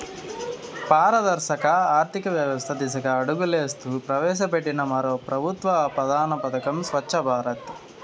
పారదర్శక ఆర్థికవ్యవస్త దిశగా అడుగులేస్తూ ప్రవేశపెట్టిన మరో పెబుత్వ ప్రధాన పదకం స్వచ్ఛ భారత్